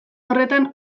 horretan